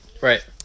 Right